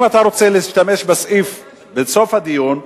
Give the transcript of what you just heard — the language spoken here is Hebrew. אם אתה רוצה להשתמש בסעיף בסוף הדיון,